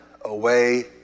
away